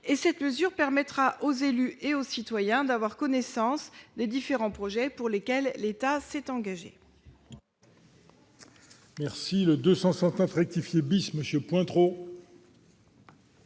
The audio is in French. : cette mesure permettrait aux élus et aux citoyens d'avoir connaissance des différents projets pour lesquels l'État s'est engagé.